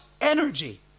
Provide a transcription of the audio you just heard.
energy